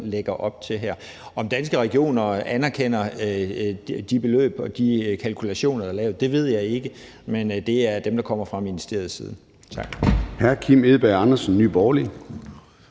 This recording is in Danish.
lægger op til her. Om Danske Regioner anerkender beløbene og de kalkulationer, der er lavet, ved jeg ikke, men det er dem, der kommer fra ministeriets side. Tak.